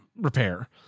repair